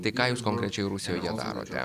tai ką jūs konkrečiai rusijoje darote